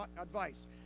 advice